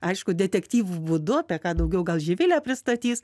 aišku detektyvų būdu apie ką daugiau gal živilė pristatys